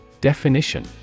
Definition